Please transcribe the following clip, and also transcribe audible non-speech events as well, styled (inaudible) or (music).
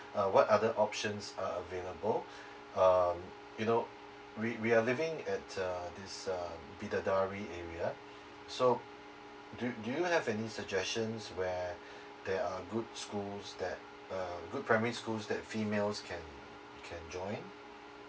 uh what other options are available um you know we we are living at uh this uh bidadari area so do you do you have any suggestions where (breath) there are good schools that uh good primary schools that females can can join